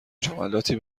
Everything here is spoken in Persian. جملاتی